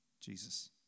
Jesus